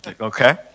okay